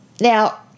Now